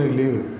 leave